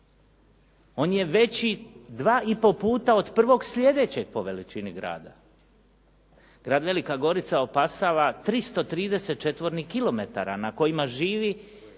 On je veći dva i pol puta od prvog slijedećeg po veličini grada. Grad Velika Gorica opasava 330 četvornih